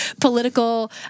political